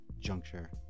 juncture